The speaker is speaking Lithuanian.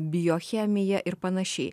biochemija ir panašiai